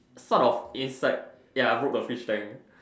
sort of inside ya I broke the fish tank